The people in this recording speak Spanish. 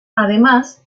además